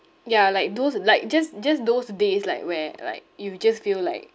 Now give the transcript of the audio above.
ya like those like just just those days like where like you just feel like